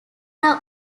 are